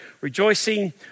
rejoicing